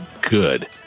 good